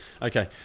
Okay